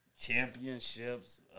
championships